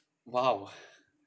!wow!